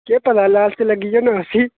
केह् पता लास्ट लग्गी जाना उसी